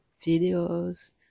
videos